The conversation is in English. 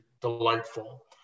delightful